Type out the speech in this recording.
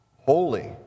holy